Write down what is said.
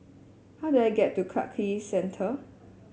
how do I get to Clarke Quay Central